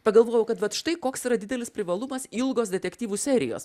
pagalvojau kad vat štai koks yra didelis privalumas ilgos detektyvų serijos